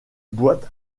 boîte